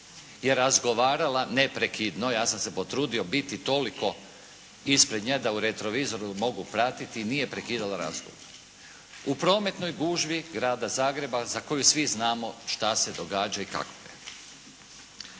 je razgovarala neprekidno ja sam se potrudio biti toliko ispred nje da je u retrovizoru mogu pratiti nije prekidala razgovor u prometnoj gužvi grada Zagreba za koju svi znamo šta se događa i kako je.